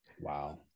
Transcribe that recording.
Wow